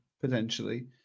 potentially